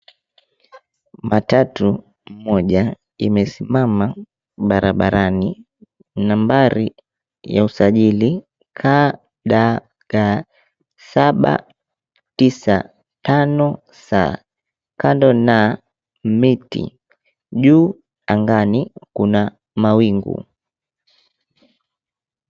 Matatu moja imesimama barabarani, nambari ya usajili KDG 795S kando na miti. Juu angani kuna mawingu.